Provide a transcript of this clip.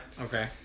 Okay